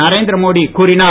நரேந்திர மோடி கூறினார்